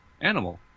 animal